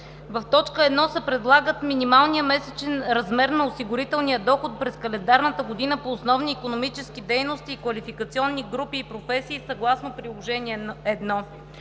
В т. 1 се предлага минималният месечен размер на осигурителния доход през календарната година по основни икономически дейности и квалификационни групи и професии съгласно Приложение 1.